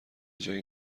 جایی